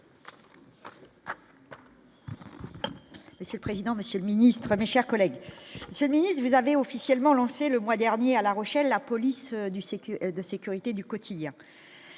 Monsieur le président, Monsieur le Ministre, mes chers collègues, vous avez officiellement lancé le mois dernier à La Rochelle, la police du sécu de sécurité du quotidien,